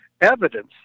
evidence